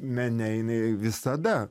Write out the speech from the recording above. mene jinai visada